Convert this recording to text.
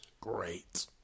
Great